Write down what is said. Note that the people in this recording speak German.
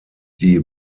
die